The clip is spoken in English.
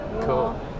Cool